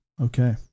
Okay